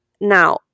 now